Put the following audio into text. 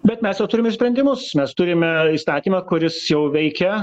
bet mes jau turim ir sprendimus mes turime įstatymą kuris jau veikia